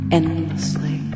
endlessly